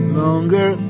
longer